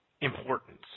importance